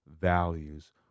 values